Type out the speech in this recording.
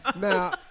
Now